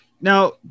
now